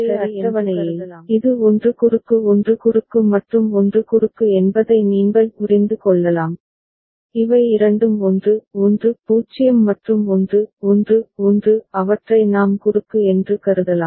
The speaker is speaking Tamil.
எனவே தொடர்புடைய அட்டவணையில் இது 1 குறுக்கு 1 குறுக்கு மற்றும் 1 குறுக்கு என்பதை நீங்கள் புரிந்து கொள்ளலாம் இவை இரண்டும் 1 1 0 மற்றும் 1 1 1 அவற்றை நாம் குறுக்கு என்று கருதலாம்